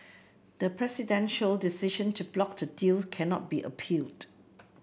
the presidential decision to block the deal can not be appealed